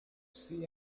see